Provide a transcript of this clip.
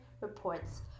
reports